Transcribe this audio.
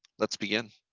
let's begin.